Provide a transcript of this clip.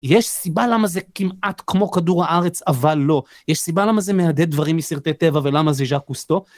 יש סיבה למה זה כמעט כמו כדור הארץ, אבל לא. יש סיבה למה זה מהדהד דברים מסרטי טבע ולמה זה ז'אקוסטו.